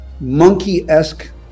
monkey-esque